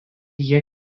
jie